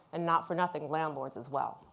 and not for nothing, landlords, as well.